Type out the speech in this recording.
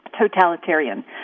totalitarian